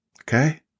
Okay